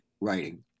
writing